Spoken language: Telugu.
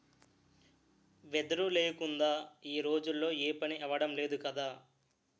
వెదురు లేకుందా ఈ రోజుల్లో ఏపనీ అవడం లేదు కదా